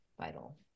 vital